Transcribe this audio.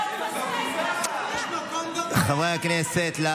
התשפ"ג 2023, לוועדת החוקה, חוק ומשפט נתקבלה.